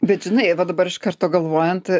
bet žinai va dabar iš karto galvojant